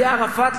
על-ידי ערפאת,